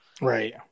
Right